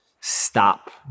stop